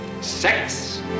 sex